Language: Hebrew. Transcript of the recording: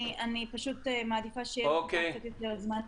אני פשוט מעדיפה שיהיה לו קצת יותר זמן,